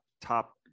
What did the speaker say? Top